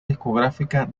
discográfica